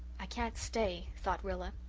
i can't stay, thought rilla.